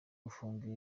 gufunga